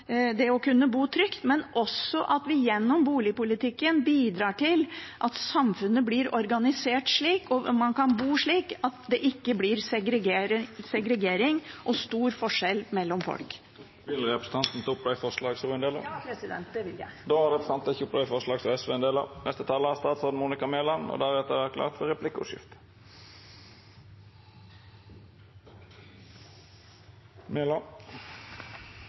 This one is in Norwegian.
å kunne bo trygt, og at vi gjennom boligpolitikken bidrar til at samfunnet blir organisert slik – og at man kan bo slik – at det ikke blir segregering og store forskjeller mellom folk. Vil representanten ta opp forslag? Ja, det vil jeg. Representanten Karin Andersen har teke opp dei forslaga SV har fremja åleine. Regjeringen har som mål at alle skal kunne skaffe seg og